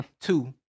Two